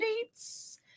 dates